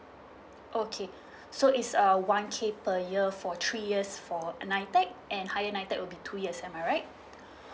okay so it's uh one K per year for three years for nitec and higher nitec will be two years am I right